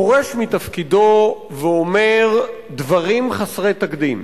פורש מתפקידו ואומר דברים חסרי תקדים.